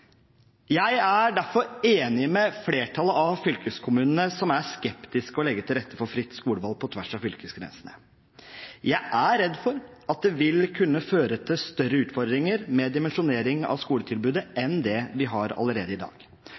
Jeg er derfor enig med flertallet av fylkeskommunene, som er skeptisk til å legge til rette for fritt skolevalg på tvers av fylkesgrensene. Jeg er redd for at det vil kunne føre til større utfordringer med dimensjonering av skoletilbudet enn det vi har allerede i dag